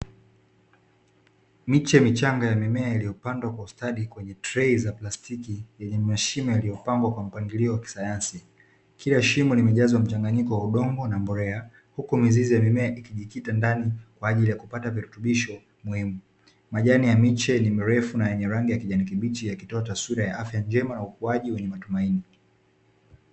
Miche michanga ya mimea iliyopandwa kwa ustadi kwenye trei za plastiki, yenye mashimo yaliyopangwa kwa mpangilio wa kisayansi. Kila shimo limejazwa mchanganyiko wa udongo na mbolea, huku mizizi ya mimea ikijikita ndani kwa ajili ya kupata virutubisho muhimu. Majani ya miche ni mirefu na yenye rangi ya kijani kibichi, yakitoa taswira ya afya njema na ukuaji wenye matumaini.